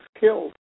killed